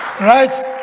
Right